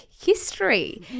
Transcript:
history